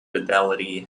fidelity